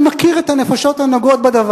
אני יודע ממה שאני מכיר את הנפשות הנוגעות בדבר.